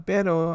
Pero